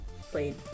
played